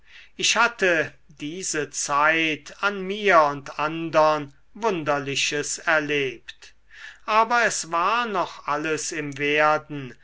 ich hatte diese zeit an mir und andern wunderliches erlebt aber es war noch alles im werden